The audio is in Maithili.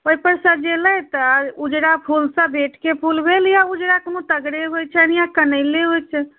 ओहिपर सजेलथि आ ऊजरा फूलसँ भेँटके फूल भेल या ऊजरा कोनो तगरे होइत छनि या कनैले होइत छनि